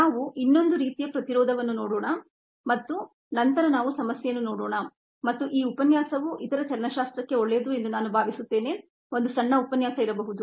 ನಾವು ಇನ್ನೊಂದು ರೀತಿಯ ಇನ್ಹಿಬಿಷನ್ ಅನ್ನು ನೋಡೋಣ ಮತ್ತು ನಂತರ ನಾವು ಸಮಸ್ಯೆಯನ್ನು ನೋಡೋಣ ಮತ್ತು ಈ ಉಪನ್ಯಾಸವು ಇತರ ಚಲನಶಾಸ್ತ್ರಕ್ಕೆ ಒಳ್ಳೆಯದು ಎಂದು ನಾನು ಭಾವಿಸುತ್ತೇನೆ ಒಂದು ಸಣ್ಣ ಉಪನ್ಯಾಸ ಇರಬಹುದು